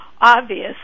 obvious